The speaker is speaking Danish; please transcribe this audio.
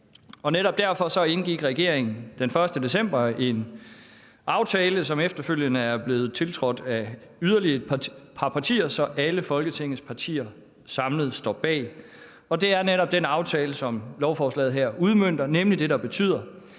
Netop derfor indgik regeringen den 1. december en aftale, som efterfølgende er blevet tiltrådt af yderligere et par partier, så alle Folketingets partier samlet står bag. Det er netop den aftale, som lovforslaget her udmønter, nemlig det, der betyder,